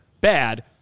bad